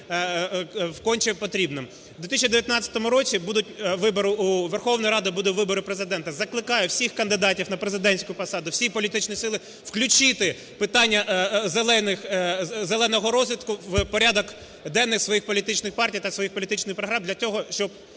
вибори у Верховну Раду, будуть вибори Президента. Закликаю всіх кандидатів на президентську посаду, всі політичні сили включити питання "зеленого" розвитку в порядок денний своїх політичних партій та своїх політичних програм